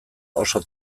oso